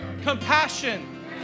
Compassion